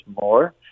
more